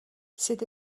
cette